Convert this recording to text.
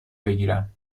بگیرم